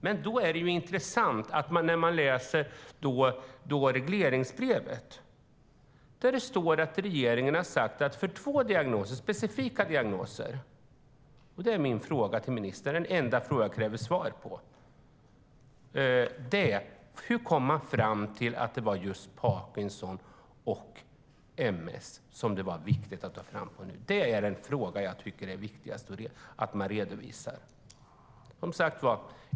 Samtidigt är det intressant att se på regleringsbrevet. Där har regeringen sagt att det ska tas fram riktlinjer för två specifika diagnoser. Min fråga - den enda fråga jag kräver svar på - är: Hur kom man fram till att det var just parkinson och ms som det var viktigt att ta fram riktlinjer för? Det är den fråga som jag tycker är viktigast att få redovisad.